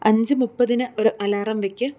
അഞ്ച് മുപ്പതിന് ഒരു അലാറം വെക്ക്